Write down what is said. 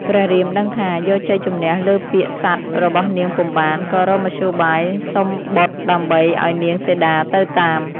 ព្រះរាមដឹងថា យកជ័យជម្នះលើពាក្យសត្យរបស់នាងពុំបាន ក៏រកមធ្យោបាយសុំបុត្រដើម្បីឱ្យនាងសីតាទៅតាម។